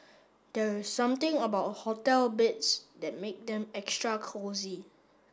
there is something about hotel beds that make them extra cosy